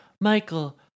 michael